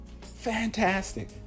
Fantastic